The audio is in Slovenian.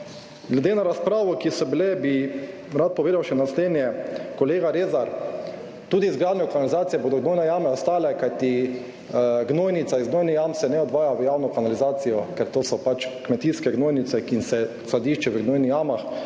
glede na razpravo, ki so bile bi rad povedal še naslednje, kolega Rezar, tudi z izgradnjo kanalizacije bodo gnojne jame ostale, kajti gnojnica iz gnojne jam se ne odvaja v javno kanalizacijo, ker to so pač kmetijske gnojnice, ki se skladišči v gnojnih jamah